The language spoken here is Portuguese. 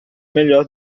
melhor